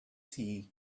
tea